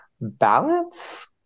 balance